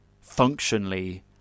functionally